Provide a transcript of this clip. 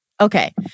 okay